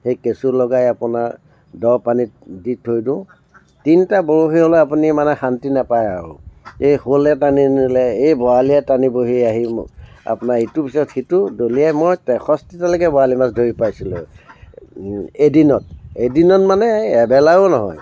সেই কেঁচু লগাই আপোনাৰ দ' পানীত দি থৈ দিওঁ তিনিটা বৰশীৰ হ'লেও আপুনি মানে শান্তি নাপায় আৰু এই শ'লে টানি নিলে এই বৰালীয়ে টানিবহি আহি আপোনাৰ ইটোৰ পিছত সিটো দলিয়াই মই তেষষ্টিটা লৈকে বৰালি মাছ মই ধৰি পাইছোঁ এদিনত এদিনত মানে এবেলাও নহয়